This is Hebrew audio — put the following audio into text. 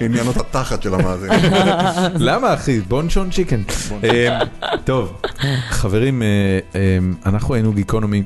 עניינות התחת של המאזין. למה אחי? בון שון צ'יקן. טוב, חברים, אנחנו היינו גיקונומי.